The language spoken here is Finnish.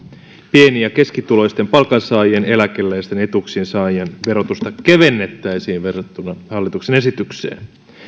pieni ja keskituloisten palkansaajien eläkeläisten etuuksien saajien verotusta kevennettäisiin verrattuna hallituksen esitykseen